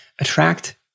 Attract